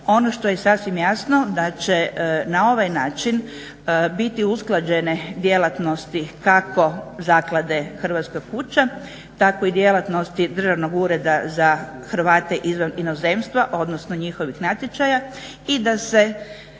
Ono što je sasvim jasno da će na ovaj način biti usklađene djelatnosti kako Zaklade "Hrvatska kuća" tako i djelatnosti Državnog ureda za Hrvate izvan inozemstva, odnosno njihovih natječaja i da se